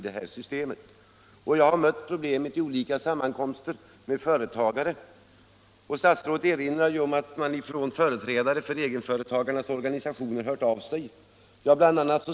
Detta problem har tagits upp vid olika sammankomster med egen företagare, som jag deltagit i. Socialministern erinrar om att företrädare för egenföretagarnas organisationer låtit höra av sig i denna fråga. Bl.